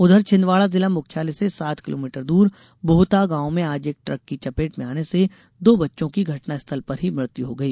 उधर छिंदवाड़ा जिला मुख्यालय से सात किलोमीटर दूर बोहता गांव में आज एक ट्रक की चपेट में आने से दो बच्चों की घटना स्थल पर ही मृत्यु हो गई